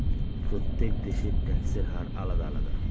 প্রত্যেক দেশের ট্যাক্সের হার আলাদা আলাদা